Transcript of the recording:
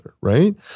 Right